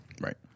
Right